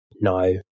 no